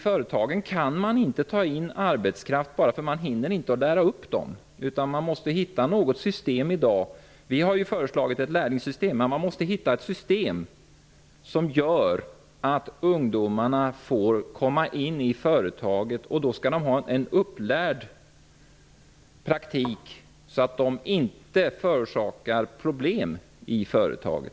Företagen kan inte ta in arbetskraft, eftersom man inte hinner lära upp den. Man måste i dag hitta ett system -- vi har föreslagit ett lärlingssystem -- som gör att ungdomarna kan komma in i företagen och få en upplärd praktik så att de inte förorsakar problem i företagen.